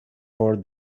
for